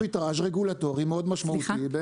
יש ארביטרז' רגולטורי, מאוד משמעותי.